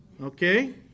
okay